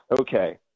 okay